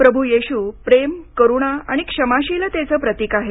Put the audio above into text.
प्रभू येशू प्रेम करुणा आणि क्षमाशीलतेचं प्रतीक आहेत